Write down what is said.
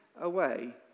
away